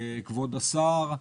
כבוד השר,